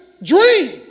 dream